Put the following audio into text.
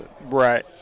Right